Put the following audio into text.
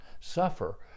suffer